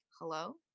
hello